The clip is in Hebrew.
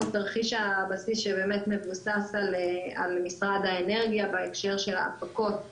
תרחיש הבסיס שבאמת מבוסס על משרד האנרגיה בהקשר של הפקות הגז,